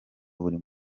buri